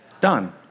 done